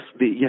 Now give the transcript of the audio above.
yes